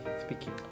speaking